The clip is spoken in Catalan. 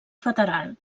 federal